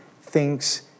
thinks